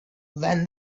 when